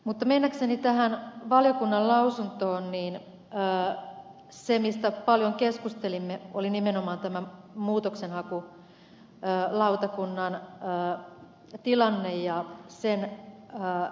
mutta mennäkseni tähän valiokunnan lausuntoon se mistä paljon keskustelimme oli nimenomaan tämän muutoksenhakulautakunnan tilanne ja sen riittämättömät voimavarat